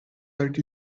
that